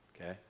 Okay